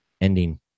ending